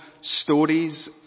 stories